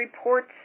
reports